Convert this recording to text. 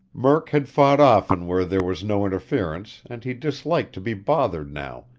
murk had fought often where there was no interference and he disliked to be bothered now,